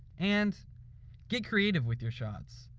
and get creative with your shots.